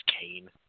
Kane